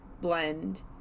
Blend